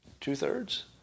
Two-thirds